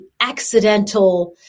accidental